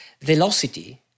velocity